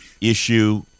issue